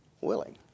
willing